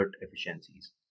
efficiencies